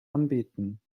anbieten